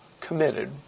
committed